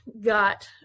got